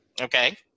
okay